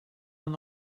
aan